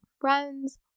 friends